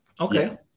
okay